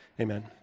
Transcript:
amen